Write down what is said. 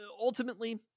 ultimately